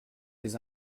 les